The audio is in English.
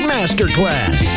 Masterclass